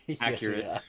accurate